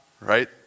right